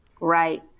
Right